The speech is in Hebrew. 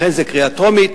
לכן זו קריאה טרומית.